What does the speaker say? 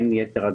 בין היתר.